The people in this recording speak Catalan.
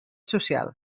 social